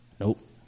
Nope